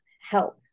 help